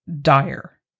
dire